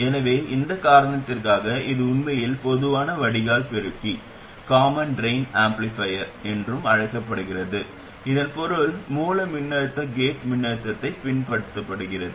எனவே இந்த காரணத்திற்காக இது உண்மையில் பொதுவான வடிகால் பெருக்கி என்றும் அழைக்கப்படுகிறது இதன் பொருள் மூல மின்னழுத்தம் கேட் மின்னழுத்தத்தைப் பின்பற்றுகிறது